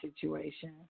situation